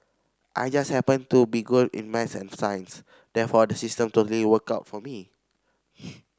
I just happened to be good in maths and science therefore the system totally worked out for me